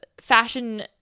fashion